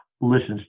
listens